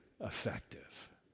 effective